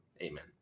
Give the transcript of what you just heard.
Amen